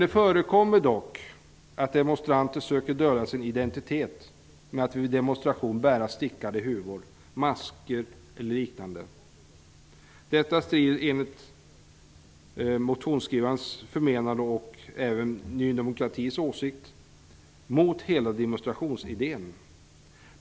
Det förekommer dock att demonstranter söker dölja sin identitet genom att vid demonstration bära stickade huvor, masker eller liknande. Detta strider enligt motionsskrivarens och Ny demokratis förmenande mot hela demonstrationsidén.